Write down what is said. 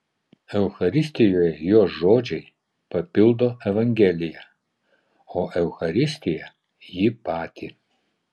eucharistijoje jo žodžiai papildo evangeliją o eucharistija jį patį